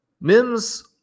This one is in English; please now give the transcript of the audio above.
Mims